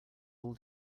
all